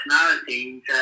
personality